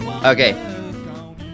Okay